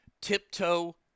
tiptoe